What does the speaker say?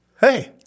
hey